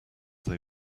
they